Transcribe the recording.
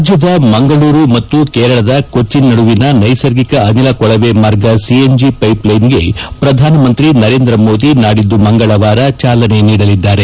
ರಾಜ್ಯದ ಮಂಗಳೂರು ಮತ್ತು ಕೇರಳದ ಕೊಚ್ಚಿನ್ ನಡುವಿನ ನೈಸಗಿಕ ಅನಿಲ ಕೊಳವೆ ಮಾರ್ಗ ಸಿಎನ್ಜಿ ಪೈಪ್ಲೈನ್ಗೆ ಪ್ರಧಾನಮಂತ್ರಿ ನರೇಂದ್ರ ಮೋದಿ ನಾಡಿದ್ದು ಮಂಗಳವಾರ ಚಾಲನೆ ನೀಡಲಿದ್ದಾರೆ